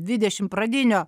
dvidešim pradinių